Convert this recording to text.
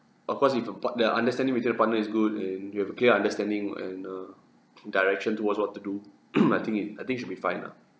of course if a part the understanding between the partner is good and you have a clear understanding and uh direction towards what to do I think it I think it should be fine lah